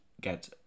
get